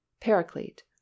paraclete